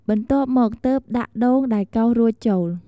បន្ទាប់មក ទើបដាក់ដូងដែលកោសរួចចូល។